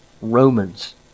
Romans